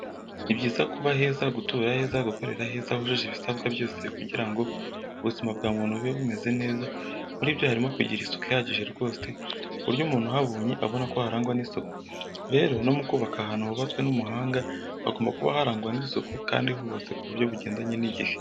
Ni byiza kuba heza, gutura aheza, gukorera aheza hujuje ibisabwa byose kugira ngo ubuzima bwa muntu bube bumeze neza muri byo harimo kugira isuku ihagije rwose ku buryo umuntu uhabonye abona ko haragwa n'isuku. Rero no mu kubaka ahantu hubatswe n'umuhanga hagomba kuba harangwa n'isuku kandi hubatse ku buryo bugendanye n'igihe.